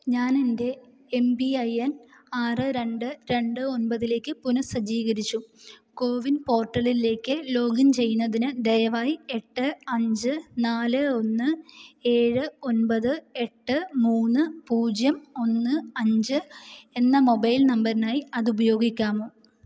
ഞാൻ എൻ്റെ M P I N ആറ് രണ്ട് രണ്ട് ഒൻപതിലേക്ക് പുനഃസജ്ജീകരിച്ചു കോവിൻ പോർട്ടലിലേക്ക് ലോഗിൻ ചെയ്യുന്നതിന് ദയവായി എട്ട് അഞ്ച് നാല് ഒന്ന് ഏഴ് ഒൻപത് എട്ട് മൂന്ന് പൂജ്യം ഒന്ന് അഞ്ച് എന്ന മൊബൈൽ നമ്പറിനായി അത് ഉപയോഗിക്കാമോ